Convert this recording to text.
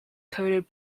coated